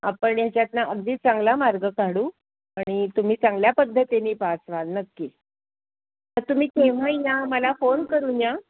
आपण याच्यातनं अगदी चांगला मार्ग काढू आणि तुम्ही चांगल्या पद्धतीने पास व्हाल नक्की तर तुम्ही केव्हाही या मला फोन करून या